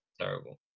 terrible